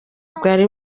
bwari